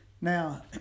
Now